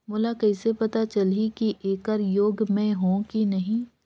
मोला कइसे पता चलही की येकर योग्य मैं हों की नहीं?